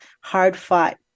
hard-fought